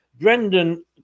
Brendan